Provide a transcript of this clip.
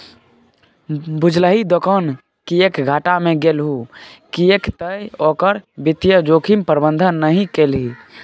बुझलही दोकान किएक घाटा मे गेलहु किएक तए ओकर वित्तीय जोखिम प्रबंधन नहि केलही